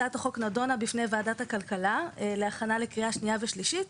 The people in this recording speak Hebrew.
הצעת החוק נדונה בפני ועדת הכלכלה להכנה לקריאה שנייה ושלישית,